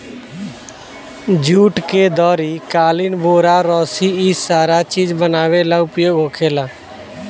जुट के दरी, कालीन, बोरा, रसी इ सारा चीज बनावे ला उपयोग होखेला